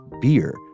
beer